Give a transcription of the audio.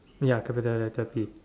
ya capital letter P